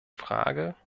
frage